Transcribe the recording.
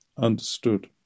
Understood